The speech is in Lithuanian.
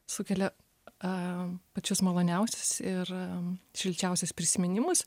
sukelia am pačius maloniausius ir šilčiausius prisiminimus